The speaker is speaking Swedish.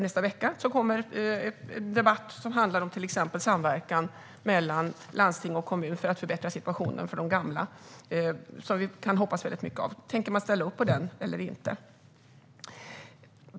Nästa vecka, tror jag, kommer en debatt som handlar om till exempel samverkan mellan landsting och kommun för att förbättra situationen för de gamla och som vi kan hoppas mycket på. Tänker man ställa upp på den eller inte?